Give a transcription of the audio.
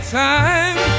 time